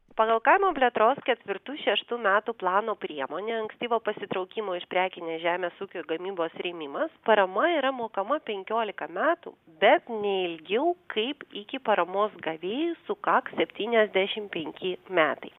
pagal kaimo plėtros ketvirtų šeštų metų plano priemonę ankstyvo pasitraukimo iš prekinės žemės ūkio gamybos rėmimas parama yra mokama penkiolika metų bet ne ilgiau kaip iki paramos gavėjui sukaks septyniasdešimt penki metai